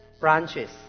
branches